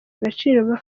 agaciro